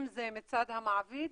אם זה מצד מעביד